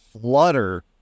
flutter